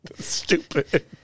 Stupid